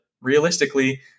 realistically